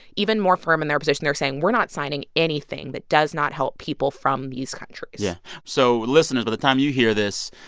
even more firm in their position. they're saying we're not signing anything that does not help people from these countries yeah. so listeners, by the time you hear this,